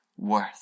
worth